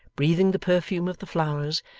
breathing the perfume of the flowers,